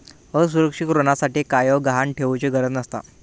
असुरक्षित ऋणासाठी कायव गहाण ठेउचि गरज नसता